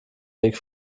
weg